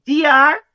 dr